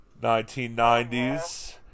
1990s